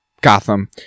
gotham